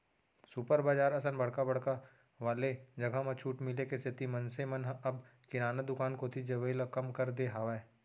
super बजार असन बड़का बड़का वाले जघा म छूट मिले के सेती मनसे मन ह अब किराना दुकान कोती जवई ल कम कर दे हावय